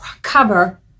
cover